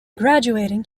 graduating